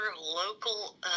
local